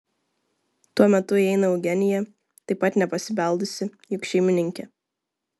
tuo metu įeina eugenija taip pat nepasibeldusi juk šeimininkė